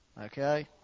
Okay